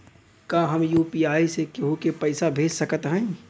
का हम यू.पी.आई से केहू के पैसा भेज सकत हई?